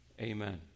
Amen